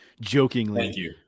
jokingly